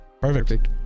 Perfect